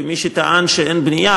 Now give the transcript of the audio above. כמי שטען שאין בנייה,